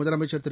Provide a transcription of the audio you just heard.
முதலமைச்ச் திரு